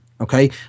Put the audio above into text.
Okay